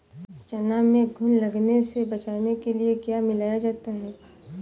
चना में घुन लगने से बचाने के लिए क्या मिलाया जाता है?